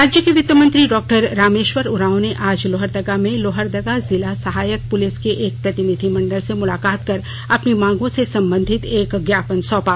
राज्य के वित्तमंत्री डॉक्टर रामेश्वर उरांव से आज लोहरदगा में लोहरदगा जिला सहायक पुलिस के एक प्रतिनिधिमंडल ने मुलाकात कर अपनी मांगों से संबंधित एक ज्ञापन सौंपा